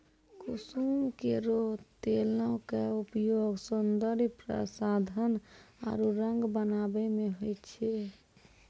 कुसुम केरो तेलो क उपयोग सौंदर्य प्रसाधन आरु रंग बनावै म होय छै